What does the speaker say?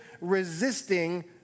resisting